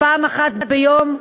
פעם אחת ביום,